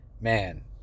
man